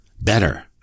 better